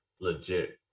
legit